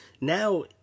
now